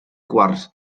quars